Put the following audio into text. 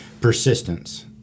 Persistence